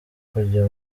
kujya